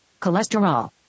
cholesterol